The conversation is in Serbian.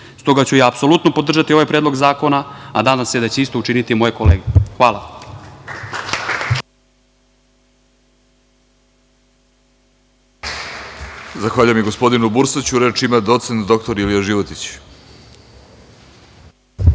ja ću apsolutno podržati ovaj Predlog zakona, a nadam se da će isto učiniti moje kolege. Hvala.